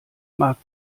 mag